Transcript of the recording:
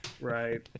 right